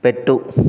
పెట్టు